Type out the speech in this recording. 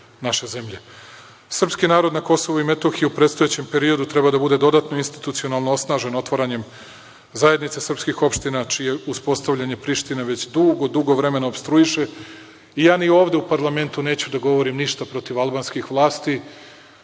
naše zemlje, srpski narod na Kosovu i Metohiji u predstojećem periodu treba da bude dodatno institucionalno osnažen otvaranjem zajednice srpskih opština, čije uspostavljanje Priština već dugo, dugo vremena opstruiše. Ja ni ovde u parlamentu neću da govorim ništa protiv albanskih vlasti